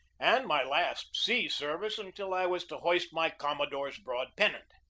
and my last sea-service until i was to hoist my commodore's broad pennant.